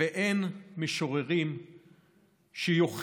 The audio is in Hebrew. ואין משוררים שיוכיחו